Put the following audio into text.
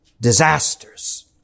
disasters